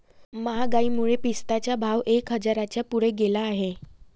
महागाईमुळे पिस्त्याचा भाव एक हजाराच्या पुढे गेला आहे